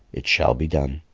it shall be done.